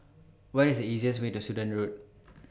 What IS The easiest Way to Sudan Road